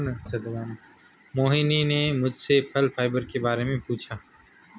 मोहिनी ने मुझसे फल फाइबर के बारे में पूछा